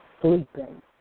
sleeping